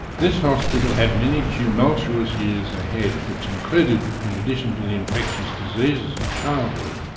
this hospital had many tumultuous years ahead, which included, in addition to the infectious diseases of childhood,